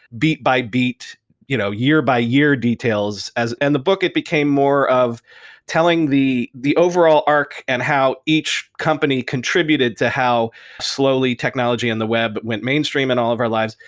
beat-by-beat, you know year-by-year details. and the book it became more of telling the the overall arc and how each company contributed to how slowly technology in the web went mainstream and all of our lives.